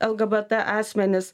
lgbt asmenis